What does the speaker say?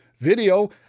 Video